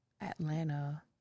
Atlanta